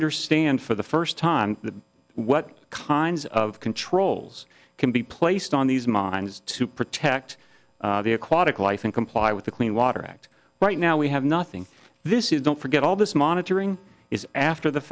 understand for the first time the what kinds of controls can be placed on these mines to protect the aquatic life and comply with the clean water act right now we have nothing this is don't forget all this monitoring is after the